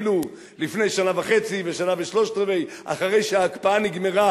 הלכתי לבית-שמש והלכתי לכל המקומות ולא ראיתי בית אחד גמור.